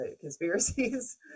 conspiracies